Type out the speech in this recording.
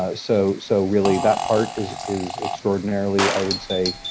ah so so really that part is is extraordinarily, i would say,